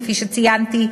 כפי שציינתי,